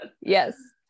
Yes